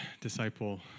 disciple